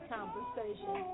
Conversation